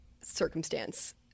circumstance